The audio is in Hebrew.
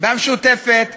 גם שותפה,